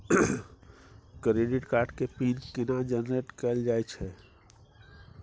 Credit card के pin केना generate कैल जाए छै?